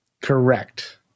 Correct